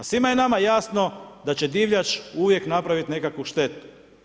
Pa svima je nama jasno da će divljač uvijek napraviti nekakvu štetu.